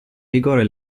vigore